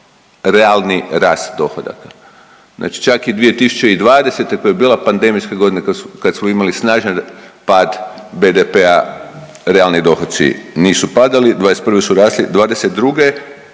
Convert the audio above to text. realni rast dohodaka. Znači čak je i 2020., to je bila pandemijska godina, kad smo imali snažan pad BDP-a, realni dohoci nisu padali, '21. su rasli, '22. nominalna